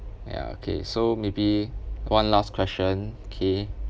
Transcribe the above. ya okay so maybe one last question okay